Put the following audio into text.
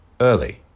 early